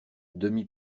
demi